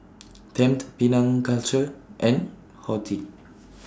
Tempt Penang Culture and Horti